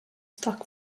stock